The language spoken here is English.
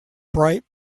bright